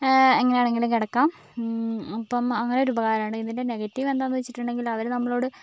എങ്ങനെയാണെങ്കിലും കിടക്കാം അപ്പം അങ്ങനെയൊരു ഉപകാരമാണ് പിന്നെ ഇതിൻറെ നെഗറ്റീവ് എന്താണെന്ന് വെച്ചിട്ടുണ്ടെങ്കിൽ അവർ നമ്മളോട്